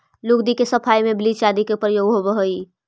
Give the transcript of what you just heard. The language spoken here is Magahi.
लुगदी के सफाई में ब्लीच आदि के प्रयोग होवऽ हई